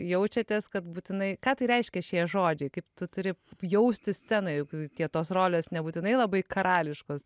jaučiatės kad būtinai ką tai reiškia šie žodžiai kaip tu turi jaustis scenoj juk tie tos rolės nebūtinai labai karališkos